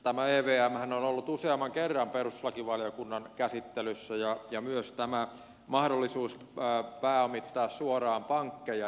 tämä evmhän on ollut useamman kerran perustuslakivaliokunnan käsittelyssä ja myös tämä mahdollisuus pääomittaa suoraan pankkeja